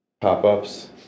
pop-ups